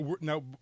Now